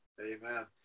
amen